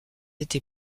été